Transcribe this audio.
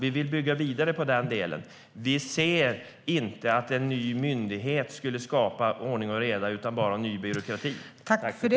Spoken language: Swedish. Vi vill bygga vidare på den delen. Vi anser inte att en ny myndighet skulle skapa ordning och reda utan bara ny byråkrati.